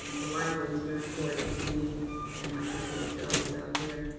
the library was very important to me and my sister, michelle, who's out there.